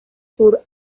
sur